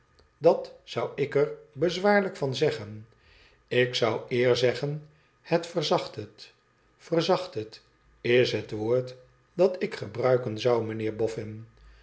idat zou ik er bezwaarlijk van zeggen ik zou eer zeggen het verzacht het verzacht het is het woord dat ik gebruiken zou meneer bofiin